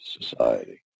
society